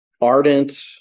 ardent